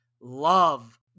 love